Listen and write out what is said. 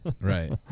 right